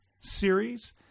series